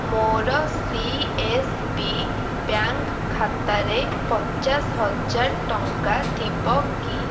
ମୋର C S B bank ଖାତାରେ ପଚାଶହଜାର ଟଙ୍କା ଥିବ କି